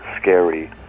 scary